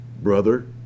brother